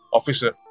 officer